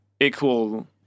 Equal